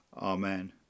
Amen